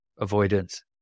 avoidance